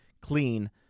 clean